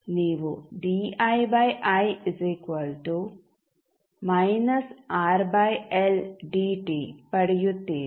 ಆದ್ದರಿಂದ ನೀವು ಪಡೆಯುತ್ತೀರಿ